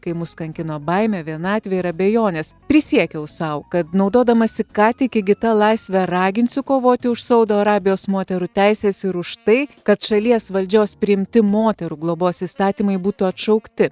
kai mus kankino baimė vienatvė ir abejonės prisiekiau sau kad naudodamasi ką tik įgyta laisve raginsiu kovoti už saudo arabijos moterų teises ir už tai kad šalies valdžios priimti moterų globos įstatymai būtų atšaukti